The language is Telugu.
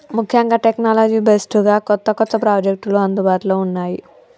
ముఖ్యంగా టెక్నాలజీ బేస్డ్ గా కొత్త కొత్త ప్రాజెక్టులు అందుబాటులో ఉన్నాయి